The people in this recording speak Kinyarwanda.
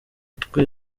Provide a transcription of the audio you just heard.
twe